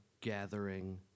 gathering